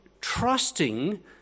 trusting